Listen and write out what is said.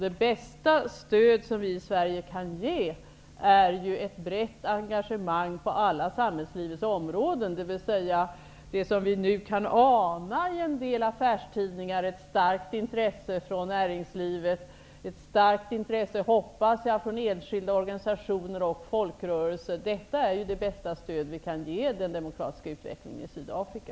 Det bästa stöd som vi i Sverige kan ge är ju ett brett engagemang på alla samhällslivets områden, dvs. det som vi nu kan ana i en del affärstidningar: ett starkt intresse från näringslivet, förhoppningsvis från enskilda organisationer och folkrörelser. Detta är det bästa stöd vi kan ge den demokratiska utvecklingen i Sydafrika.